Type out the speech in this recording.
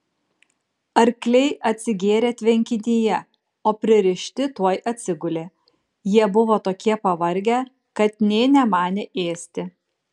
arkliai atsigėrė tvenkinyje o pririšti tuoj atsigulė jie buvo tokie pavargę kad nė nemanė ėsti